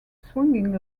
swinging